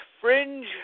Fringe